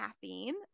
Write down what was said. caffeine